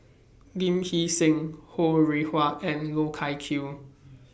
Lee Hee Seng Ho Rih Hwa and Loh Wai Kiew